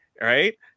right